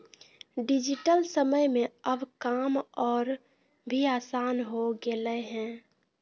digital समय में अब काम और भी आसान हो गेलय हें